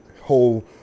whole